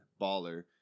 baller